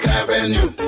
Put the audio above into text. avenue